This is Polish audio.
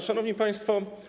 Szanowni Państwo!